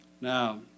Now